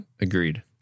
Agreed